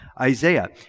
Isaiah